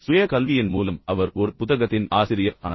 சுய கல்வியின் மூலம் அவர் ஒரு புத்தகத்தின் ஆசிரியர் ஆனார்